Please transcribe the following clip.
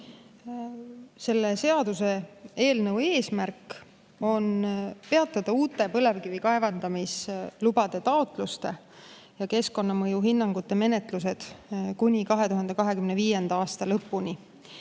Selle seaduseelnõu eesmärk on peatada uute põlevkivi kaevandamise lubade taotluste ja keskkonnamõju hinnangute menetlused kuni 2025. aasta lõpuni.